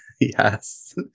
Yes